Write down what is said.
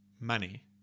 money